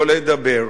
לא לדבר,